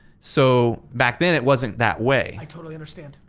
so, back then it wasn't that way. i totally understand.